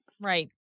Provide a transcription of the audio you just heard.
Right